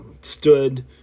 stood